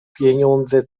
pieniądze